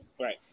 Right